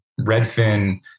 Redfin